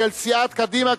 של סיעת קדימה,